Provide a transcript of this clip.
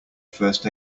first